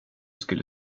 skulle